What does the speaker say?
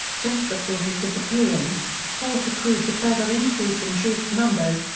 just before his disappearance, holt approved a further increase in troop numbers,